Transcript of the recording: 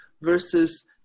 versus